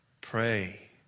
Pray